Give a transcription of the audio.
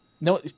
no